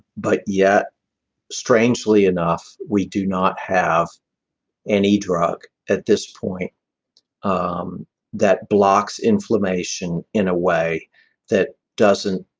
but yet strangely enough we do not have any drug at this point um that blocks inflammation in a way that doesn't